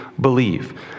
believe